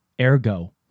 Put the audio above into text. ergo